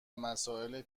مسائل